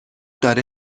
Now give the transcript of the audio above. داره